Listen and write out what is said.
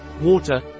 water